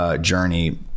Journey